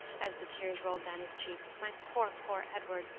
as the tears rolled down his cheeks my poor, poor edward!